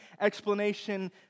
explanation